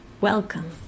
Welcome